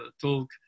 talk